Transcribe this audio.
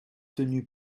tenus